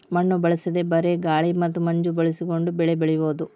ಮಣ್ಣು ಬಳಸದೇ ಬರೇ ಗಾಳಿ ಮತ್ತ ಮಂಜ ಬಳಸಕೊಂಡ ಬೆಳಿ ಬೆಳಿಯುದು